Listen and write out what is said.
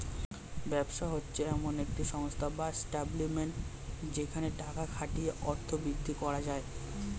ব্যবসা হচ্ছে এমন একটি সংস্থা বা এস্টাব্লিশমেন্ট যেখানে টাকা খাটিয়ে অর্থ বৃদ্ধি করা যায়